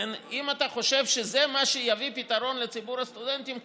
אם אתה חושב שזה מה שיביא לפתרון לציבור הסטודנטים,